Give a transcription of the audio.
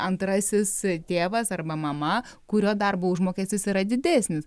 antrasis tėvas arba mama kurio darbo užmokestis yra didesnis